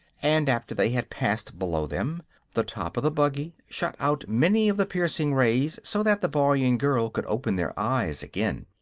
and after they had passed below them the top of the buggy shut out many of the piercing rays so that the boy and girl could open their eyes again.